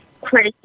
Chris